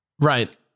Right